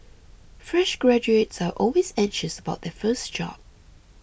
fresh graduates are always anxious about their first job